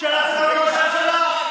שלחתי אותה לראש הממשלה.